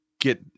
get